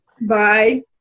Bye